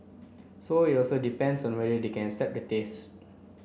so it also depends on whether they can accept the taste